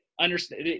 understand